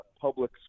public